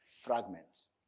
fragments